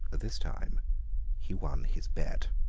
this time he won his bet.